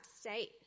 state